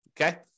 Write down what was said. Okay